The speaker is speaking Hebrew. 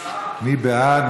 מי בעד?